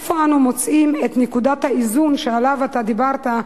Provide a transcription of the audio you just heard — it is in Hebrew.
היא איפה אנו מוצאים את נקודת האיזון שעליו אתה דיברת,